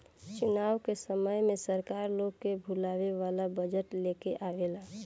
चुनाव के समय में सरकार लोग के लुभावे वाला बजट लेके आवेला